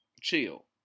Chill